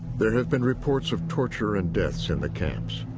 there have been reports of torture and deaths in the camps.